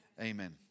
Amen